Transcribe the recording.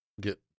get